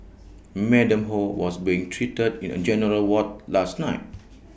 Madam ho was being treated in A general ward last night